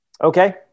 Okay